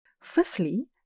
Firstly